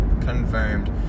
Confirmed